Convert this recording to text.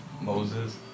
Moses